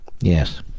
Yes